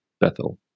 Bethel